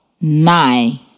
nine